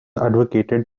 advocated